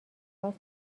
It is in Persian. خاص